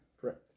Correct